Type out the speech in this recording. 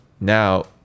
now